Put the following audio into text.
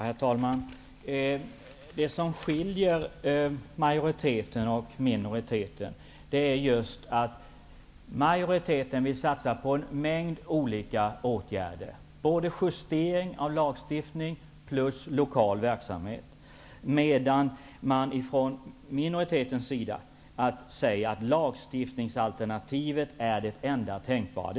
Herr talman! Det som skiljer majoriteten från minoriteten är att majoriteten vill satsa på en mängd olika åtgärder - justering av lagstiftningen och lokal verksamhet -, medan minoriteten anser att lagstiftningsalternativet är det enda tänkbara.